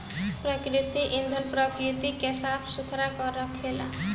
प्राकृतिक ईंधन प्रकृति के साफ सुथरा रखेला